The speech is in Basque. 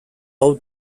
hau